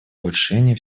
улучшений